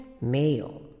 male